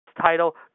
title